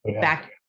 back